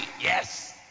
Yes